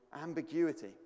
ambiguity